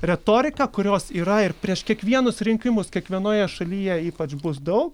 retoriką kurios yra ir prieš kiekvienus rinkimus kiekvienoje šalyje ypač bus daug